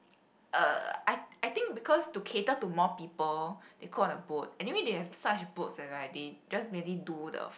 uh I I think because to cater to more people they call the boat anyway they have such a boat that's like they just nearly do the